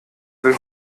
will